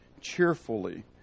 cheerfully